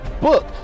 book